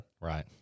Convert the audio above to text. right